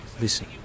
listen